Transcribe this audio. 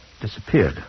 Disappeared